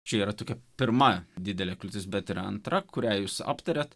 čia yra tokia pirma didelė kliūtis bet yra antra kurią jūs aptariate